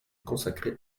consacrée